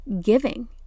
giving